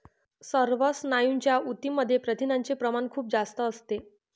सर्व स्नायूंच्या ऊतींमध्ये प्रथिनांचे प्रमाण खूप जास्त असते